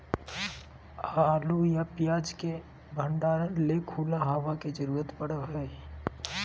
आलू या प्याज के भंडारण ले खुला हवा के जरूरत पड़य हय